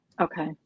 Okay